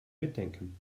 mitdenken